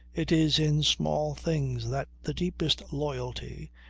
it is in small things that the deepest loyalty,